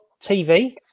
TV